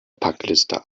packliste